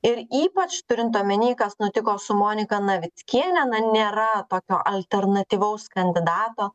ir ypač turint omeny kas nutiko su monika navickiene na nėra tokio alternatyvaus kandidato